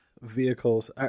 vehicles